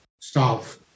staff